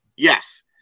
Yes